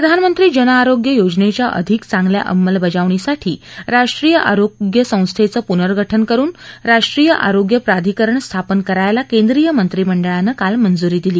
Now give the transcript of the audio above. प्रधानमंत्री जनआरोग्य योजनेच्या अधिक चांगल्या अंमलबजावणीसाठी राष्ट्रीय आरोग्य संस्थेचं पुनर्गठन करून राष्ट्रीय आरोग्य प्राधिकरण स्थापन करायला केंद्रीय मंत्रिमंडळानं काल मंजुरी दिली